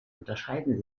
unterscheiden